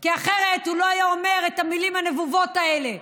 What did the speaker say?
כי אחרת הוא לא היה אומר את המילים הנבובות האלה.